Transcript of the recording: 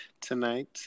tonight